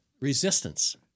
Resistance